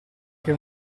che